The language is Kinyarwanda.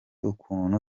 ukuntu